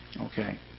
Okay